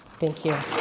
thank you!